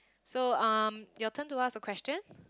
so um your turn to ask a question